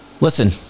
Listen